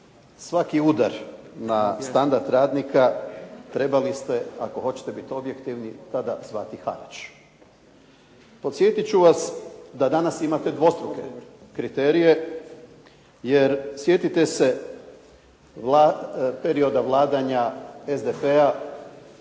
svaki udar na standard radnika trebali ste ako hoćete biti objektivni tada zvati harač. Podsjetit ću vas da danas imate dvostruke kriterije jer sjetite se perioda vladanja SDP-a